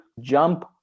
jump